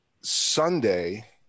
Sunday